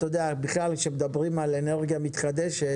אתה יודע, בכלל כשמדברים על אנרגיה מתחדשת,